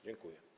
Dziękuję.